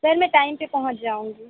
sir मैं time पर पहुंच जाऊँगी